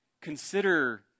Consider